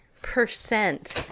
percent